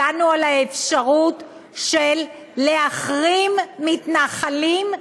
דנו באפשרות להחרים מתנחלים,